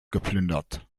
geplündert